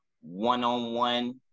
one-on-one